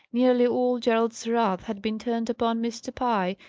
nearly all gerald's wrath had been turned upon mr. pye,